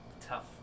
Tough